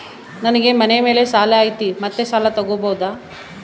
ನನಗೆ ಮನೆ ಮೇಲೆ ಸಾಲ ಐತಿ ಮತ್ತೆ ಸಾಲ ತಗಬೋದ?